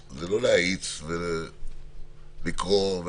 זה דווקא המיקרו,